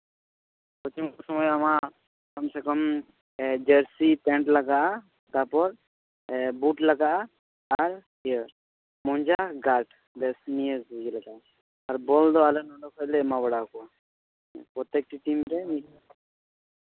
ᱠᱚᱪᱤᱝ ᱠᱚ ᱥᱚᱢᱚᱭ ᱟᱢᱟᱜ ᱟᱢ ᱪᱮᱫ ᱠᱚᱢ ᱡᱟᱹᱨᱥᱤ ᱯᱮᱱᱴ ᱞᱟᱜᱟᱜᱼᱟ ᱛᱟᱨᱯᱚᱨ ᱵᱩᱴ ᱞᱟᱜᱟᱜᱼᱟ ᱟᱨ ᱤᱭᱟᱹ ᱢᱚᱡᱟ ᱜᱟᱨᱰ ᱵᱮᱥ ᱱᱤᱭᱟᱹ ᱠᱚᱜᱮ ᱞᱟᱜᱟᱜᱼᱟ ᱟᱨ ᱵᱚᱞ ᱫᱚ ᱟᱞᱮ ᱱᱚᱸᱰᱮ ᱠᱷᱚᱱᱞᱮ ᱮᱢᱟ ᱵᱟᱲᱟᱣ ᱠᱚᱣᱟ ᱯᱨᱚᱛᱮᱠᱴᱤ ᱴᱤᱢ ᱨᱮ ᱢᱤᱫ